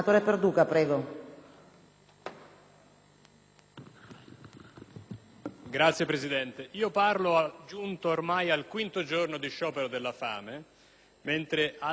Signora Presidente, io parlo giunto ormai al quinto giorno di sciopero della fame mentre altre 250 persone, tra le quali